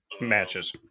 matches